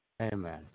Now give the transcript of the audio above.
Amen